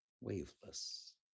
waveless